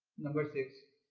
number six,